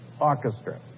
Orchestra